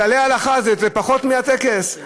כללי ההלכה זה פחות מהטקס?